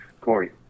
Corey